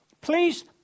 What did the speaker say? Please